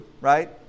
right